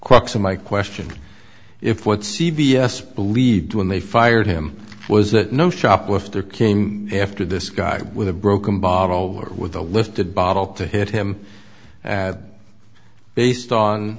crux of my question if what c b s believed when they fired him was that no shoplifter came after this guy with a broken bottle with a lifted bottle to hit him based on